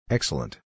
Excellent